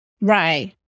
Right